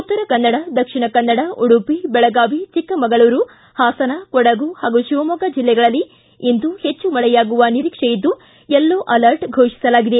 ಉತ್ತರ ಕನ್ನಡ ದಕ್ಷಿಣ ಕನ್ನಡ ಉಡುಪಿ ಬೆಳಗಾವಿ ಚಿಕ್ಕಮಗಳೂರು ಹಾಸನ ಕೊಡಗು ಹಾಗೂ ಶಿವಮೊಗ್ಗ ಜಿಲ್ಲೆಗಳಲ್ಲಿ ಇಂದು ಹೆಚ್ಚು ಮಳೆಯಾಗುವ ನಿರೀಕ್ಷೆಯಿದ್ದು ಯೆಲ್ಲೊ ಅಲರ್ಟ್ ಘೋಷಿಸಲಾಗಿದೆ